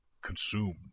consumed